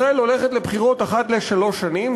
ישראל הולכת לבחירות אחת לשלוש שנים,